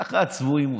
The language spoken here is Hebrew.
ככה הצבועים עושים: